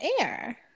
air